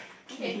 okay